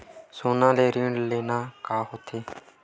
सोना ले ऋण लेना का होथे?